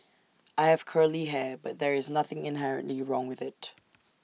I have curly hair but there is nothing inherently wrong with IT